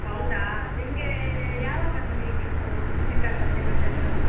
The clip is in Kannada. ಹೌದಾ ನಿಮಗೆ ಯಾವಗಕ್ಕೆ ಬೇಕಿತ್ತು ಚಿಕನ್ ಮತ್ತು ಮಟನ್